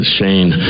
Shane